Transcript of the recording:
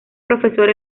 profesor